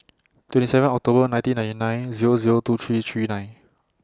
twenty seven October nineteen ninety nine Zero Zero two three three nine